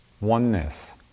oneness